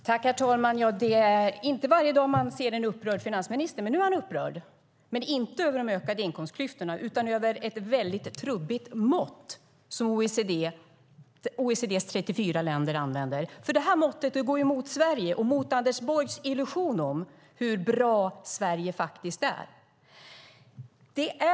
Herr talman! Det är inte varje dag man ser en upprörd finansminister, men nu är han upprörd, inte över de ökade inkomstklyftorna utan över ett väldigt trubbigt mått som OECD:s 34 länder använder. Det måttet går mot Sverige och mot Anders Borgs illusion om hur bra Sverige faktiskt är.